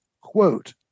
quote